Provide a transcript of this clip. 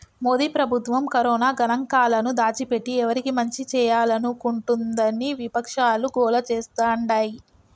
మోదీ ప్రభుత్వం కరోనా గణాంకాలను దాచిపెట్టి ఎవరికి మంచి చేయాలనుకుంటోందని విపక్షాలు గోల చేస్తాండాయి